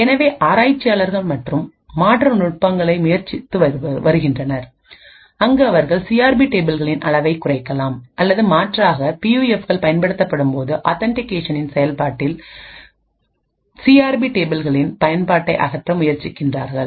எனவே ஆராய்ச்சியாளர்கள் பல மாற்று நுட்பங்களை முயற்சித்து வருகின்றனர் அங்கு அவர்கள் CRP டேபிள்களின் அளவைக் குறைக்கலாம் அல்லது மாற்றாக பியூஎஃப்கள் பயன்படுத்தப்படும்போது ஆத்தன்டிகேஷனின் செயல்பாட்டில் சிஆர்பிCRP டேபிள்களின் பயன்பாட்டை அகற்ற முயற்சிக்கிறார்கள்